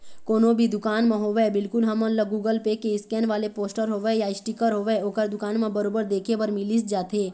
कोनो भी दुकान म होवय बिल्कुल हमन ल गुगल पे के स्केन वाले पोस्टर होवय या इसटिकर होवय ओखर दुकान म बरोबर देखे बर मिलिच जाथे